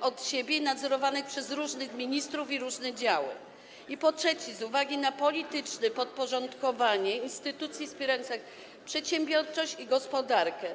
od siebie i nadzorowanych przez różnych ministrów i różne działy; po trzecie, polityczne podporządkowanie instytucji wspierających przedsiębiorczość i gospodarkę.